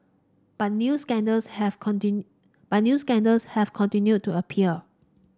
but new scandals have but new scandals have continued to appear